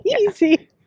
Easy